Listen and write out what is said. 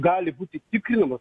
gali būti tikrinama